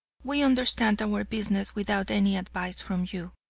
we understand our business without any advice from you.